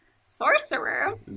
sorcerer